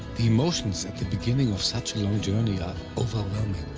the emotions at the beginning of such a long journey are overwhelming.